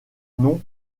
nom